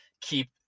keep